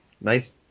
nice